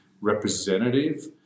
representative